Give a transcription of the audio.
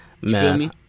Man